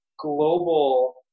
global